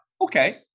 Okay